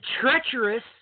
treacherous